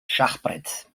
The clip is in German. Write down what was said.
schachbretts